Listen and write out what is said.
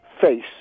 face